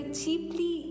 cheaply